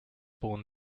born